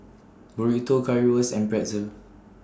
Burrito Currywurst and Pretzel